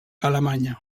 alemanya